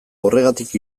horregatik